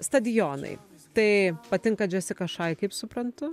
stadionai tai patinka džesika shy kaip suprantu